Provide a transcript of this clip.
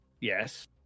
yes